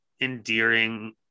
endearing